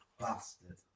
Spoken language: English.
bastard